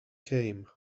came